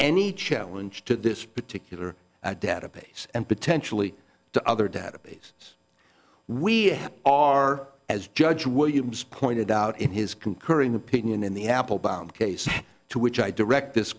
any challenge to this particular database and potentially to other database we are as judge williams pointed out in his concurring opinion in the apple bound case to which i direct this